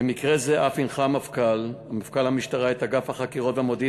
במקרה זה אף הנחה מפכ"ל המשטרה את אגף החקירות והמודיעין